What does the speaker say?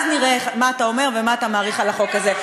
אז נראה מה אתה אומר ומה אתה מעריך על החוק הזה.